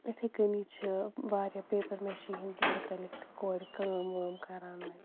یِتھَے کٔنی چھِ واریاہ پیپَر میشی ہِنٛدۍ مُتعلِق تہِ کورِ کٲم وٲم کَران وۄنۍ